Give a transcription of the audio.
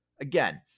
Again